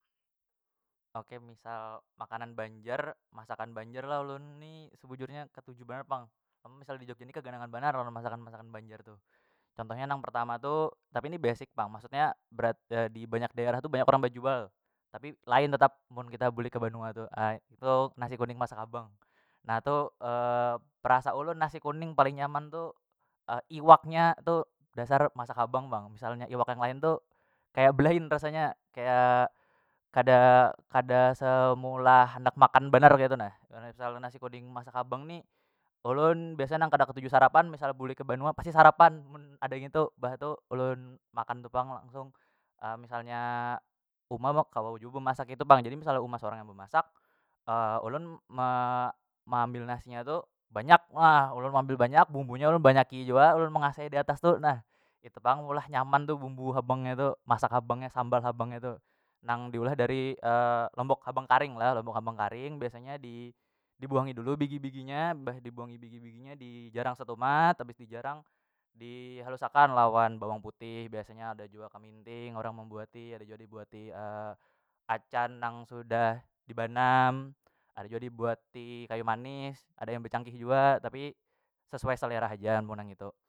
Oke misal makanan banjar masakan banjar lo ulun ni sebujurnya ketuju banar pang mun misal di jogja ni keganangan banar lawan masakan- masakan banjar tu contohnya nang pertama tu tapi ini besik pang maksudnya berat dibanyak daerah tu banyak orang bajual tapi lain tetap mun kita bulik ke banua tu itu nasi kuning masak habang na tu perasa ulun nasi kuning paling nyaman tu iwaknya tu dasar masak habang pang misalnya iwak yang lain tu kaya belain rasanya kaya kada- akda semeulah handak makan banar ketu nah selalu nasi kuning masak habang ni ulun biasa nang kada katuju sarapan misal bulik ke banua pasti sarapan mun ada ngitu mbah tu ulun makan tu pang langsung misalnya uma kawa jua bemasak itu pang jadi misal uma sorang yang bemasak ulun me- meambil nasi nya tu banyak ulun meambil banyak bumbu nya ulun banyaki jua ulun mengasai diatas tuh nah itu pang meulah nyaman tu bumbu habang nya tu masak habang nya sambal habangnya tu nang diulah dari lombok habang karing lah lombok habang karing biasanya di- dibuangi dulu biji- biji nya mbah dibuangi biji- biji nya dijarang setumat habis dijarang di halus akan lawan bawang putih biasanya ada jua kaminting orang membuati ada jua dibuati acan nang sudah dibanam ada jua dibuati kayu manis ada yang becangkih jua tapi sesuai selera haja amun nang itu.